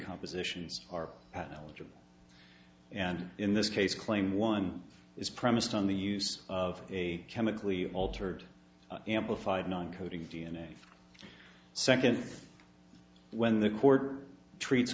compositions are eligible and in this case claim one is premised on the use of a chemically altered amplified non coding d n a second when the court treats